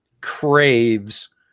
craves